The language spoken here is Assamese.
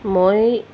মই